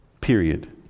period